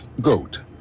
GOAT